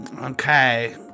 Okay